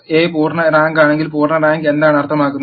A പൂർണ്ണ റാങ്കാണെങ്കിൽ പൂർണ്ണ റാങ്ക് എന്താണ് അർത്ഥമാക്കുന്നത്